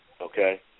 Okay